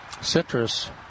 citrus